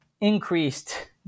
increased